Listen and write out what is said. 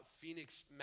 Phoenix